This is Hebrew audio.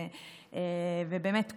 ובאמת כולם,